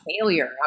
failure